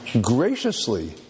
graciously